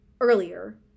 earlier